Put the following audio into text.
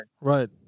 Right